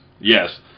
Yes